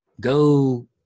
Go